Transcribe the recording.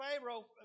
Pharaoh